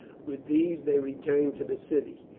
with these they returned to the city.